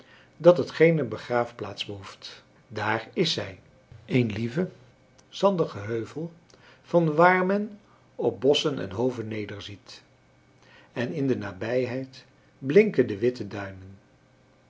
dat het geene begraafplaats behoeft dààr is zij een lieve zandige heuvel vanwaar men op bosschen en hoven nederziet en in de nabijheid blinken de witte duinen